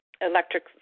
electric